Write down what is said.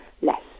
less